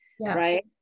right